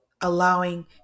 allowing